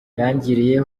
yangiriye